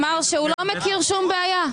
אמר שהוא לא מכיר שום בעיה.